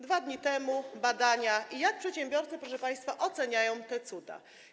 2 dni temu badano, jak przedsiębiorcy, proszę państwa, oceniają te cuda.